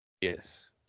Yes